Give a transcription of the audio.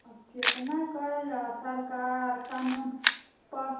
अब कतना करल जाउ सरकार कानून पह